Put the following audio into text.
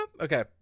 Okay